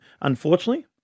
unfortunately